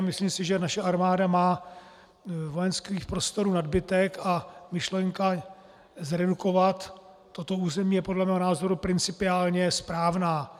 Myslím si, že naše armáda má vojenských prostorů nadbytek, a myšlenka zredukovat toto území je podle mého názoru principiálně správná.